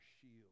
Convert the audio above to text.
shield